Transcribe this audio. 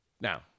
Now